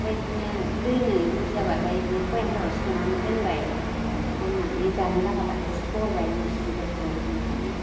ओमफ्राय बिदिनो दोनो बुरजाबाथाय बिदिनो बयेमफ्राव सोनानै दोनबाय दोननानै जानो लागाबाथाय सरबाय मुस्रिफोरजों बिदिनो